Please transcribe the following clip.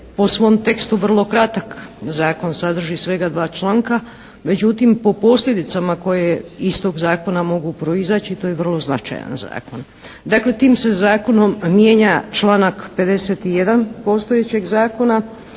po svom tekstu vrlo kratak. Zakon sadrži svega dva članka. Međutim, po posljedicama koje iz tog zakona mogu proizaći to je vrlo značajan zakon. Dakle, tim se zakonom mijenja članak 51. postojećeg zakona.